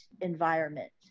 environment